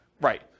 Right